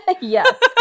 yes